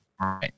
Right